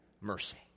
mercy